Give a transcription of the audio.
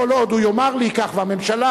כל עוד הוא יאמר לי כך והממשלה,